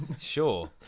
Sure